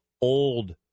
old